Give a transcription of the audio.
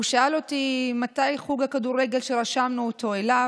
הוא שאל אותי מתי חוג הכדורגל שרשמנו אותו אליו,